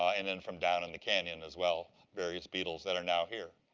ah and then from down in the canyon as well, various beetles that are now here.